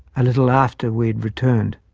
a little after we had returned.